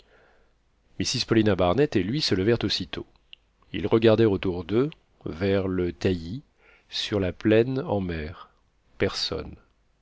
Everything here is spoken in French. mrs paulina barnett et lui se levèrent aussitôt ils regardèrent autour d'eux vers le taillis sur la plaine en mer personne